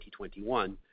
2021